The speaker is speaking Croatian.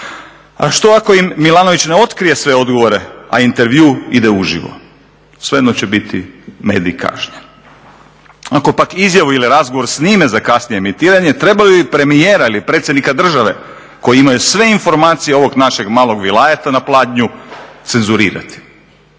A što ako im Milanović ne otkrije sve odgovore, a intervju ide uživo? Svejedno će biti medij kažnjen. Ako pak izjavu ili razgovor snime za kasnije emitiranje trebaju li premijera ili predsjednika države koji imaju sve informacije ovog našeg malog vilajeta na pladnju cenzurirati?